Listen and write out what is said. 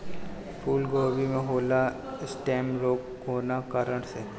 फूलगोभी में होला स्टेम रोग कौना कारण से?